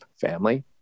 family